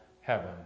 heaven